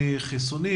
החלב,